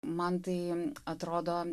man tai atrodo